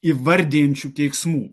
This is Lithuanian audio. įvardijančių keiksmų